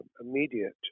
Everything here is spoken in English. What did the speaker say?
immediate